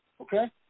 Okay